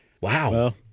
Wow